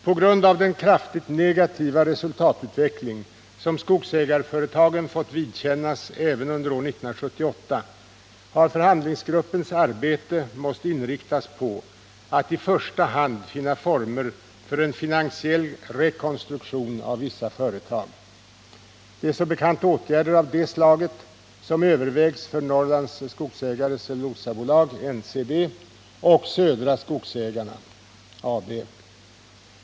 På grund av den kraftigt negativa resultatutveckling som skogsägarföretagen fått vidkännas även under år 1978 har förhandlingsgruppens arbete måst inriktas på att i första hand finna former för en finansiell rekonstruktion av vissa företag. Det är som bekant åtgärder av detta slag som övervägs för Norrlands Skogsägares Cellulosa AB och Södra Skogsägarna AB.